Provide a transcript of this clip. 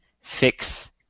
fix